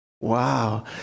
wow